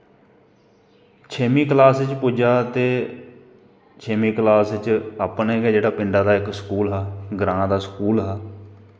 छेमीं क्लास च पुज्जा ते छेमीं क्लास च अपने गै जेह्ड़े पिंडा दा इक स्कूल हा ग्रांऽ दा स्कूल हा